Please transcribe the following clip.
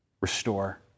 Restore